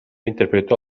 interpretó